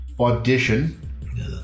Audition